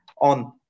on